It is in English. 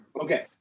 Okay